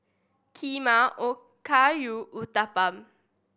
Kheema Okayu Uthapam